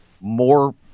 more